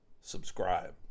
subscribe